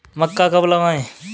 मक्का कब लगाएँ?